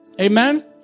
amen